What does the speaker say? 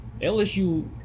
LSU